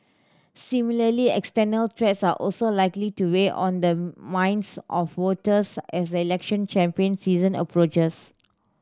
similarly external threats are also likely to weigh on the minds of voters as the election campaign season approaches